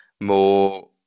more